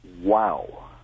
wow